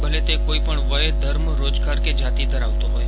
ભલે તે કોઇ પણ વય ધર્મ રોજગાર કે જાતિ ધરાવતો હોય